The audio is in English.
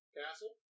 castle